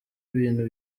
ibintu